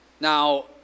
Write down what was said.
Now